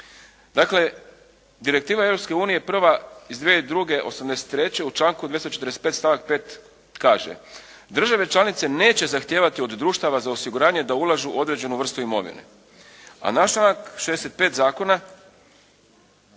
unije prva iz 2002., 83. u članku 245. stavak 5. kaže: «Države članice neće zahtijevati od društava za osiguranje da ulažu određenu vrstu imovine.» A naš članak 65. zakona